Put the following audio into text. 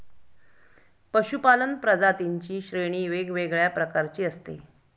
पशूपालन प्रजातींची श्रेणी वेगवेगळ्या प्रकारची असते